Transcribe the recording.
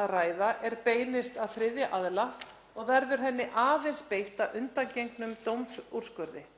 að ræða er beinist að þriðja aðila og verður henni aðeins beitt að undangengnum dómsúrskurði.